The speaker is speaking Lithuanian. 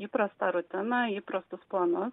įprastą rutiną įprastus planus